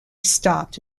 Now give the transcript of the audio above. stopped